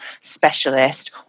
specialist